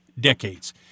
decades